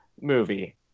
movie